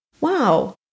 Wow